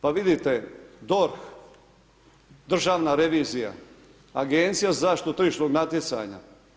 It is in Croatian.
Pa vidite DORH, državna revizija, Agencija za zaštitu tržišnog natjecanja.